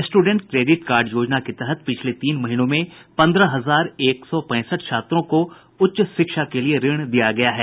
student credit card योजना के तहत पिछले तीन महीनों में पंद्रह हजार एक सौ पैंसठ छात्रों को उच्च शिक्षा के लिये ऋण दिया गया है